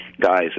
guys